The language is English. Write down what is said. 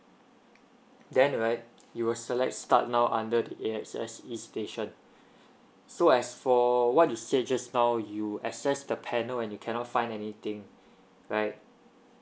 then right you will select start now under the A_X_S e station so as for what you said just now you access the panel and you cannot find anything right